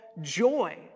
joy